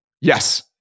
Yes